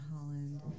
Holland